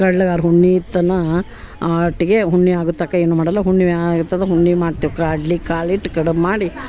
ನಾವು ಕಡ್ಲೆಗಾರ ಹುಣ್ಮಿ ತನಕ ಅಟ್ಗೆ ಹುಣ್ಮಿ ಆಗೋ ತನ್ಕ ಏನೂ ಮಾಡಲ್ಲ ಹುಣ್ಣಿಮೆ ಆಗ್ತದ ಹುಣ್ಮಿ ಮಾಡ್ತೇವೆ ಕಡ್ಲಿಕಾಳು ಇಟ್ಟು ಕಡಬು ಮಾಡಿ